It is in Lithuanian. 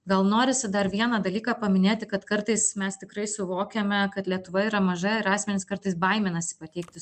gal norisi dar vieną dalyką paminėti kad kartais mes tikrai suvokiame kad lietuva yra maža ir asmenys kartais baiminasi pateikti